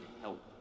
help